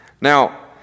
Now